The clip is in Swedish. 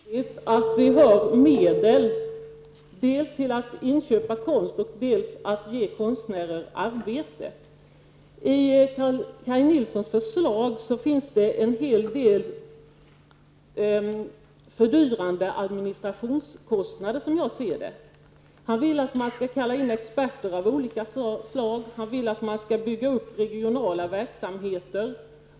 Herr talman! Det är viktigt att vi har medel dels till inköp av konst, dels till att ge konstnärer arbete. I Kaj Nilssons förslag finns det en hel del fördyrande administrationskostnader. Han vill att man skall kalla in olika experter och att man skall bygga upp regionala verksamheter.